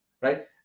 right